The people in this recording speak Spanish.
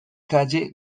calle